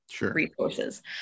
resources